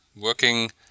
working